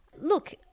Look